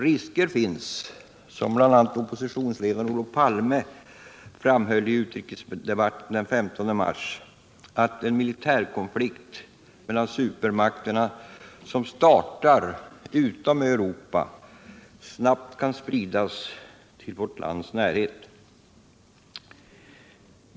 Risker finns — som bl.a. oppositionsledaren Olof Palme framhöll i utrikesdebatten den 15 mars — att en militärkonflikt mellan supermakterna, som startar utom Europa, snabbt kan spridas till vårt lands närhet.